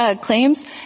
Claims